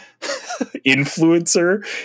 influencer